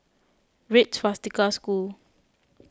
Red Swastika School